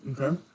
Okay